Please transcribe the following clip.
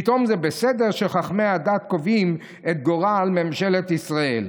פתאום זה בסדר שחכמי הדת קובעים את גורל ממשלת ישראל.